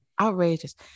outrageous